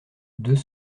deux